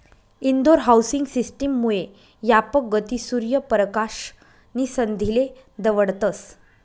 Indore housing system मुये यापक गती, सूर्य परकाश नी संधीले दवडतस